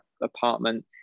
apartment